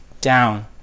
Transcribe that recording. down